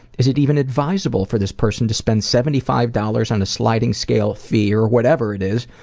is it even advisable for this person to spend seventy five dollars on a sliding scale fee or whatever it is,